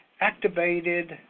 activated